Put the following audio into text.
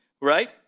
right